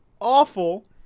awful